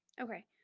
Okay